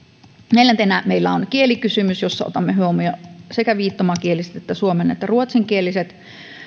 neljäntenä meillä on kielikysymys jossa otamme huomioon viittomakieliset sekä suomen että ruotsinkieliset